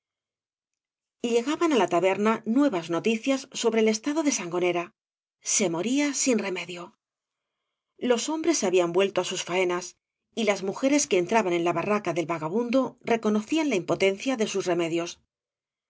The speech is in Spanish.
llegaban á la taberna nuevas noticias sobre el estado de sangonera se moría sin remedio los hombres habían vuelto á sus faenas y las mujeres v blasco ibáñjffiz quo entraban en ia barraca del vagabundo recoíiocían la impotencia de bus remediob